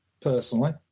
personally